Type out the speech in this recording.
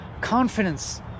confidence